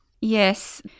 Yes